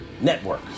Network